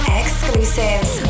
exclusives